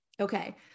Okay